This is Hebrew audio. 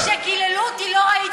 לא ראיתי.